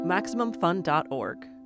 MaximumFun.org